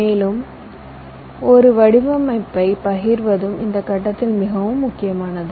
மேலும் ஒரு வடிவமைப்பைப் பகிர்வதும் இந்த கட்டத்தில் மிகவும் முக்கியமானது